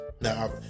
Now